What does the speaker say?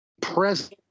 present